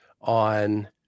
on